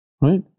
Right